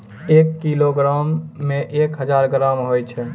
एक किलोग्रामो मे एक हजार ग्राम होय छै